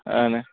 అవును